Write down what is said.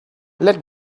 let